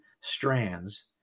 strands